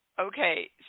okay